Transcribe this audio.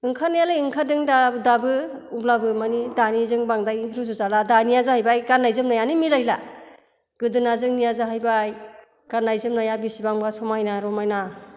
ओंखारनाया लाय ओंखारदों दाबो अब्लाबो माने दानि जों बांद्राय रुजु जाला दानिया जाहैबाय गाननाय जोमनायानो मिलायला गोदोना जोंनिया जाहैबाय गाननाय जोमनाया बिसिबांबा समायना रमायना